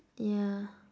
yeah